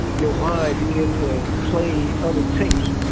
your mind begins to play other tapes,